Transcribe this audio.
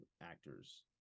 actors